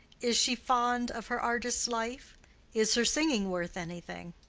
is she fond of her artist's life is her singing worth anything?